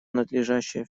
надлежащее